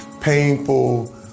painful